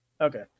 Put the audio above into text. Okay